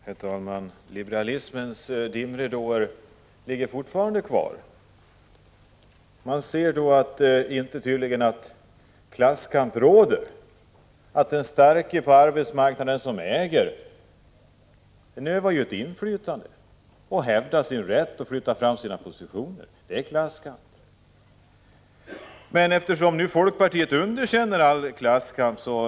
Herr talman! Liberalismens dimridåer ligger fortfarande kvar. Man ser tydligen inte att det råder klasskamp, att den starke på arbetsmarknaden som äger utövar ett inflytande, hävdar sin rätt och flyttar fram sina positioner. Detta är klasskamp. Men eftersom folkpartiet underkänner all klasskamp, — Prot.